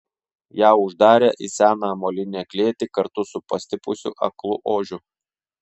ją uždarė į seną molinę klėtį kartu su pastipusiu aklu ožiu